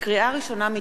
לקריאה ראשונה,